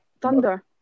Thunder